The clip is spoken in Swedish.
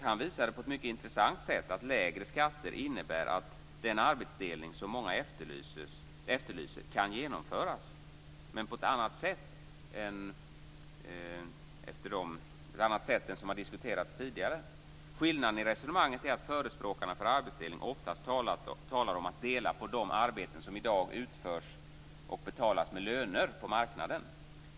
Han visade på ett mycket intressant sätt att lägre skatter innebär att den arbetsdelning som många efterlyser kan genomföras men på ett annat sätt än det som har diskuterats tidigare. Skillnaden i resonemanget är att förespråkarna för arbetsdelning oftast talar om att dela på de arbeten som i dag utförs och betalas med löner på marknaden.